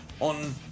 On